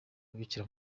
bikira